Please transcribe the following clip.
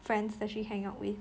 friends does she hang out with